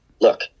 look